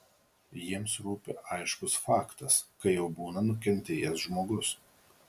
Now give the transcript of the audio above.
jiems rūpi aiškus faktas kai jau būna nukentėjęs žmogus